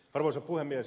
arvoisa puhemies